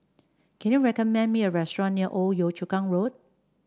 can you recommend me a restaurant near Old Yio Chu Kang Road